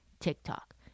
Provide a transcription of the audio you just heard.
TikTok